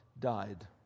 died